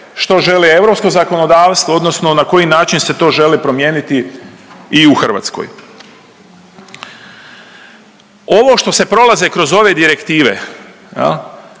što žele europsko zakonodavstvo odnosno na koji način se to želi promijeniti i u Hrvatskoj. Ovo što se prolaze kroz ove direktive